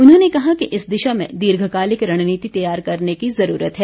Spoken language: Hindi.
उन्होंने कहा कि इस दिशा में दीर्घकालिक रणनीति तैयार करने की जुरूरत है